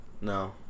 No